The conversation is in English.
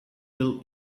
tell